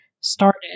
started